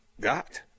got